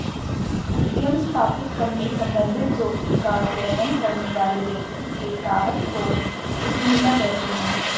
उद्यम स्थापित करने संबंधित जोखिम का ग्रहण करने वाले व्यक्ति के साहस को उद्यमिता कहते हैं